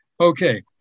Okay